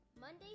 Monday